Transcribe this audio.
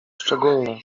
szczególne